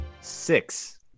Six